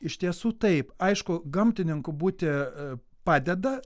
iš tiesų taip aišku gamtininku būti padeda